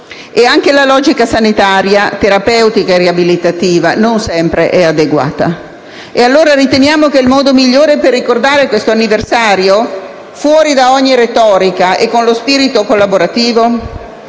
Anche la logica sanitaria, terapeutica e riabilitativa non sempre è adeguata. Riteniamo allora che il modo migliore per ricordare questo anniversario, fuori da ogni retorica e con uno spirito collaborativo,